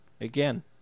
Again